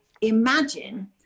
imagine